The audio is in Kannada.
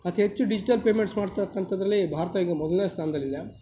ಅತಿ ಹೆಚ್ಚು ಡಿಜಿಟಲ್ ಪೇಮೆಂಟ್ ಮಾಡ್ತಯಿರೋಂಥದ್ರಲ್ಲಿ ಭಾರತ ಈಗ ಮೊದಲನೇ ಸ್ಥಾನದಲ್ಲಿದೆ